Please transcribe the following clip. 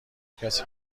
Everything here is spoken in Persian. کسی